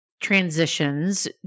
transitions